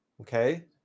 Okay